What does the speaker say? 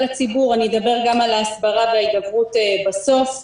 הציבור אני אדבר גם על ההסברה וההידברות בסוף.